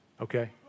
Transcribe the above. okay